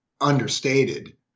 understated